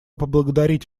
поблагодарить